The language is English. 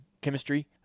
chemistry